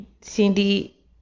Cindy